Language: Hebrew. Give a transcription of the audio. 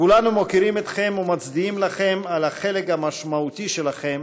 כולנו מוקירים אתכם ומצדיעים לכם על החלק המשמעותי שלכם